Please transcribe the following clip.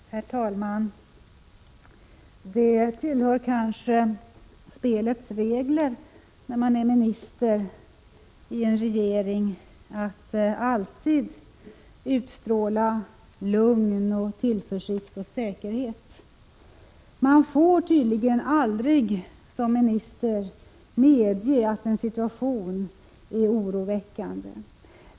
Herr talman! Det tillhör kanske spelets regler när man är minister i en regering att alltid utstråla lugn, tillförsikt och säkerhet. Som minister får man tydligen aldrig medge att en situation är oroväckande.